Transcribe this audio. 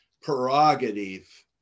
prerogative